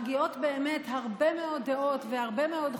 בהרבה מאוד בניינים,